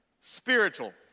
spiritual